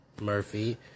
Murphy